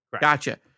Gotcha